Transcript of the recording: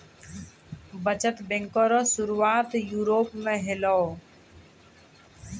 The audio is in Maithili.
बचत बैंक रो सुरुआत यूरोप मे होलै